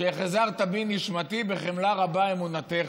שהחזרת בי נשמתי בחמלה רבה אמונתך.